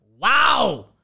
Wow